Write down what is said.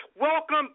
welcome